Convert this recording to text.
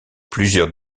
plusieurs